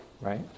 right